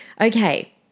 Okay